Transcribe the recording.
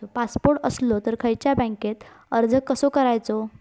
Passport असलो तर खयच्या बँकेत अर्ज कसो करायचो?